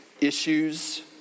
issues